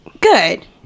Good